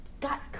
got